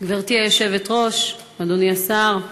גברתי היושבת-ראש, אדוני השר,